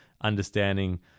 understanding